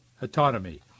autonomy